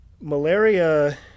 malaria